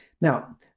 Now